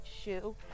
shoe